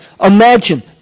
Imagine